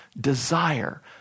desire